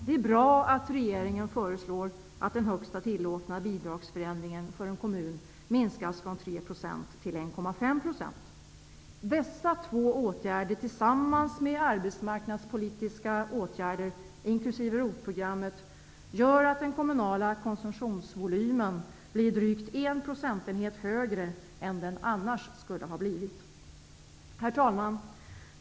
Det är bra att regeringen föreslår att den högsta tillåtna bidragsförändringen för en kommun minskas från 3 Dessa två åtgärder tillsammans med arbetsmarknadspolitiska åtgärder, inkl. ROT programmet, gör att den kommunala konsumtionsvolymen blir drygt en procentenhet högre än den annars skulle ha blivit. Herr talman!